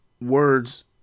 words